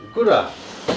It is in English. good lah